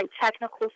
technical